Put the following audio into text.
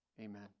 amen